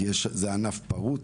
כי זה ענף פרוץ,